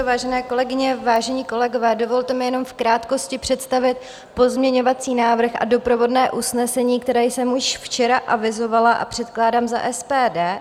Vážené kolegyně, vážení kolegové, dovolte mi jenom v krátkosti představit pozměňovací návrh a doprovodné usnesení, které jsem už včera avizovala a předkládám za SPD.